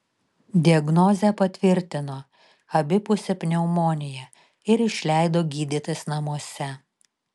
diagnozę patvirtino abipusė pneumonija ir išleido gydytis namuose